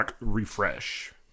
Refresh